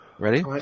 Ready